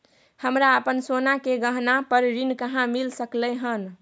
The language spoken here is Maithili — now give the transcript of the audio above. हमरा अपन सोना के गहना पर ऋण कहाॅं मिल सकलय हन?